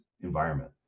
environment